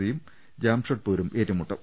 സിയും ജാംഷ ഡ്പൂരും ഏറ്റുമുട്ടും